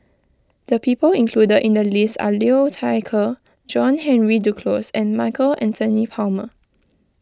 the people included in the list are Liu Thai Ker John Henry Duclos and Michael Anthony Palmer